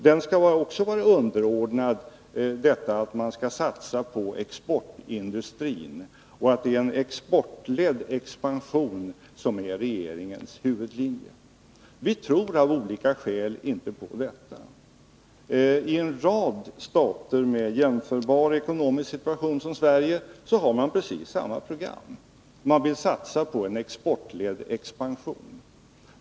Den skall också vara underordnad strävan att satsa på exportindustrin. Det är en exportledd expansion som är regeringens huvudlinje. Vi tror av olika skäl inte på detta. I en rad stater med en med Sverige jämförbar ekonomisk situation har man precis samma program — man vill satsa på en exportledd expansion.